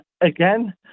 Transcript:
again